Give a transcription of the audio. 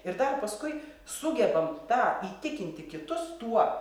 ir dar paskui sugebam tą įtikinti kitus tuo